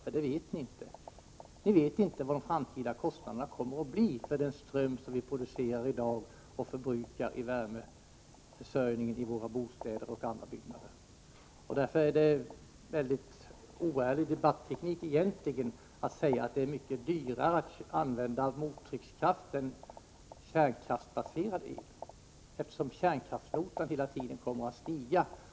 Vi vet inte vilka de framtida kostnaderna kommer att bli för den ström som vi producerar och förbrukar för värmeförsörjningen i våra bostäder och på andra håll. Därför är det en väldigt oärlig debatteknik att säga att det är mycket dyrare att använda mottryckskraft än kärnkraftsbaserd el. Kärnkraftsnotan kommer hela tiden att stiga.